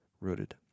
rooted